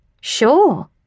Sure